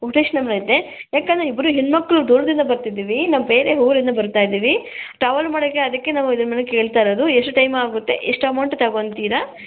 ಯಾಕಂದರೆ ಇಬ್ಬರೂ ಹೆಣ್ಮಕ್ಳು ದೂರದಿಂದ ಬರ್ತಿದ್ದೀವಿ ನಾವು ಬೇರೆ ಊರಿಂದ ಬರ್ತಾಯಿದ್ದೀವಿ ಟ್ರಾವೆಲ್ ಮಾಡಕ್ಕೆ ಅದಕ್ಕೆ ನಾವು ನಿಮ್ಮನ್ನೇ ಕೇಳ್ತಾಯಿರೋದು ಎಷ್ಟು ಟೈಮ್ ಆಗುತ್ತೆ ಎಷ್ಟು ಅಮೌಂಟ್ ತಗೊತೀರ